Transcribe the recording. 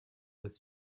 with